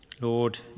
Lord